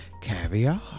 caviar